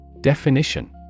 Definition